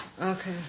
Okay